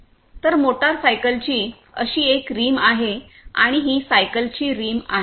तर मोटार सायकलची अशी एक रिम आहे आणि ही सायकलची रिम आहे